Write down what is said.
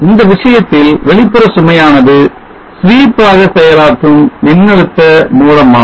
இந்த விஷயத்தில் வெளிப்புற சுமையானது sweep ஆக செயலாற்றும் மின்னழுத்த மூலமாகும்